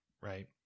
right